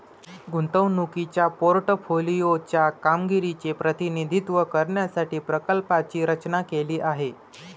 गुंतवणुकीच्या पोर्टफोलिओ च्या कामगिरीचे प्रतिनिधित्व करण्यासाठी प्रकल्पाची रचना केली आहे